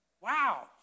Wow